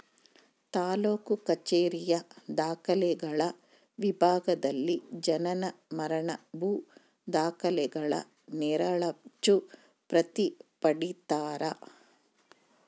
ತಾಲೂಕು ಕಛೇರಿಯ ದಾಖಲೆಗಳ ವಿಭಾಗದಲ್ಲಿ ಜನನ ಮರಣ ಭೂ ದಾಖಲೆಗಳ ನೆರಳಚ್ಚು ಪ್ರತಿ ಪಡೀತರ